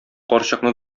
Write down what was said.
карчыкны